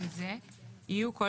יש שם